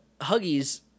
Huggies